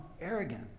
arrogant